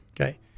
Okay